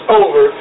over